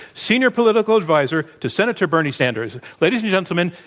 senior political adviser to senator bernie sanders. ladies and gentlemen,